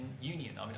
Union